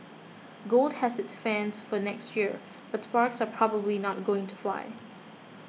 gold has its fans for next year but sparks are probably not going to fly